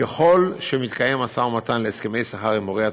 ככל שמתקיים משא ומתן להסכמי שכר עם מורי התוכנית,